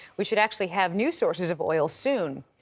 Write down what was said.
we should actually have new sources of oil soon.